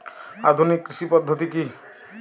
আধুনিক কৃষি পদ্ধতি কী?